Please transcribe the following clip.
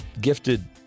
gifted